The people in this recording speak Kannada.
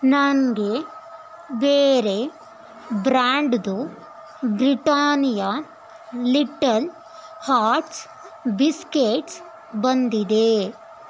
ನನಗೆ ಬೇರೆ ಬ್ರ್ಯಾಂಡ್ದು ಬ್ರಿಟಾನಿಯ ಲಿಟಲ್ ಹಾರ್ಟ್ಸ್ ಬಿಸ್ಕೆಟ್ಸ್ ಬಂದಿದೆ